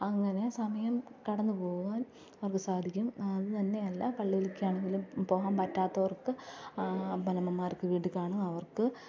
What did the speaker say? അങ്ങനെ സമയം കടന്നുപോകാൻ അവര്ക്ക് സാധിക്കും അതുതന്നെയല്ല പള്ളിയിലേക്കാണെങ്കിലും പോകാന് പറ്റാത്തവര്ക്ക് പൊന്നമ്മമാര്ക്ക് വീട്ടിൽക്കാണാം അവര്ക്ക്